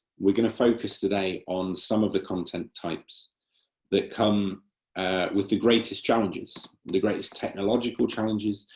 we're going to focus today on some of the content types that come with the greatest challenges, the greatest technological challenges,